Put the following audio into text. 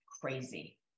crazy